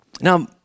Now